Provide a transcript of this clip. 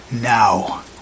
now